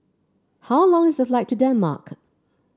how long is the flight to Denmark